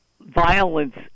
violence